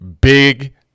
Big